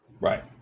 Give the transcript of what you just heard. Right